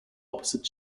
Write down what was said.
opposite